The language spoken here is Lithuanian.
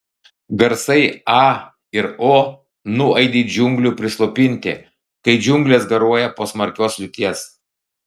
garsai a ir o nuaidi džiunglių prislopinti kai džiunglės garuoja po smarkios liūties